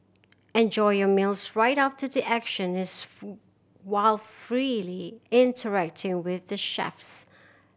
enjoy your meals right after the action is while freely interacting with the chefs